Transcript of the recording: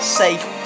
safe